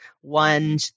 one